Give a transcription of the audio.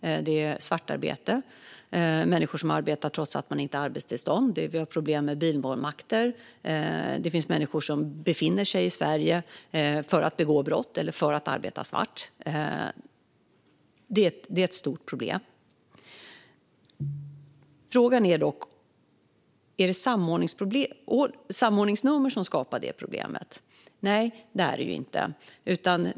Det är svartarbete. Människor arbetar trots att de inte har arbetstillstånd. Vi har problem med bilmålvakter. Det finns människor som befinner sig i Sverige för att begå brott eller för att arbeta svart. Det är ett stort problem. Frågan är dock: Är det samordningsnummer som skapar det problemet? Nej, det är det inte.